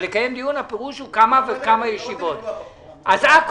הוספת הוראה שלפיה אם תושב